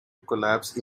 collapse